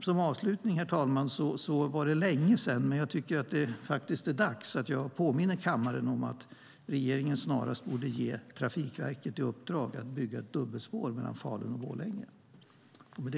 Som avslutning, herr talman: Det var länge sedan, men nu tycker jag faktiskt att det är dags att jag påminner kammaren om att regeringen snarast borde ge Trafikverket i uppdrag att bygga ett dubbelspår mellan Falun och Borlänge.